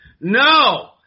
No